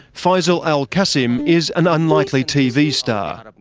faisal al-qassim is an unlikely tv star.